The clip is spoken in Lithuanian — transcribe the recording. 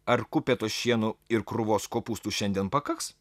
ar kupetos šieno ir krūvos kopūstų šiandien pakaks